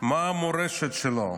מה המורשת שלו.